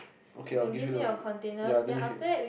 okay I will give you one ah then you can